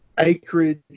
Acreage